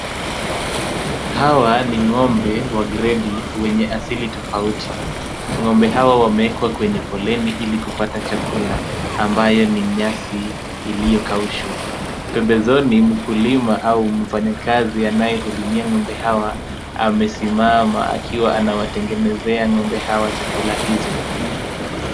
Hawa ni ng'ombe wa gredi wenye asili tofauti. Ng'ombe hawa wamewekwa kwenye foleni ili kupata chakula ambayo ni nyasi iliyokaushwa. Pembezoni mkulima au mfanyakazi anayehudumia ng'ombe hawa amesimama akiwa anawatengenezea ng'ombe hawa chakula hiyo.